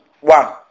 one